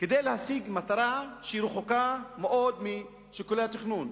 כדי להשיג מטרה שהיא רחוקה מאוד משיקולי התכנון.